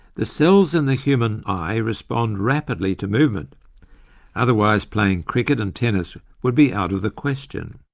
the cells in the human eye respond rapidly to movement otherwise playing cricket and tennis would be out of the question!